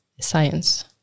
science